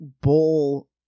Bull